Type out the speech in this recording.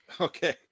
okay